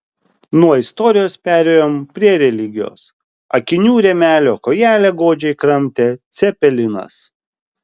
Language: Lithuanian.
nuo istorijos perėjom prie religijos akinių rėmelio kojelę godžiai kramtė cepelinas